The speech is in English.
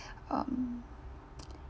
um